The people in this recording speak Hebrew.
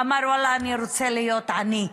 אמר: ואללה, אני רוצה להיות עני.